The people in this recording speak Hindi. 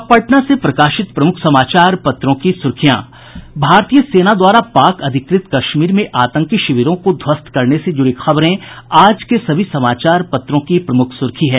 अब पटना से प्रकाशित प्रमुख समाचार पत्रों की सुर्खियां भारतीय सेना द्वारा पाक अधिकृत कश्मीर में आतंकी शिविरों को ध्वस्त करने से जूड़ी खबरें आज से सभी समाचार पत्रों की प्रमुख सूर्खी है